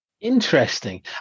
Interesting